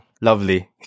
lovely